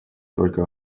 только